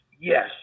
yes